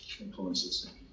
Influences